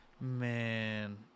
Man